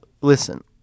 Listen